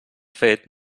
fet